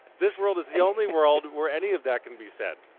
this world is the only world where any of that can be said.